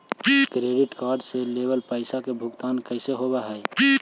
Credit card से लेवल पैसा के भुगतान कैसे होव हइ?